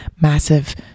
massive